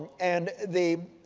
and and, they,